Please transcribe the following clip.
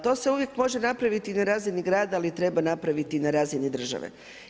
To se uvijek može napraviti na razini grada, ali treba napraviti i na razini države.